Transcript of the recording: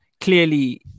clearly